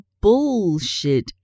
bullshit